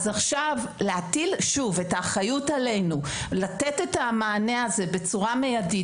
להטיל שוב את האחריות עלינו לתת את המענה הזה בצורה מיידית